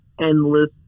endless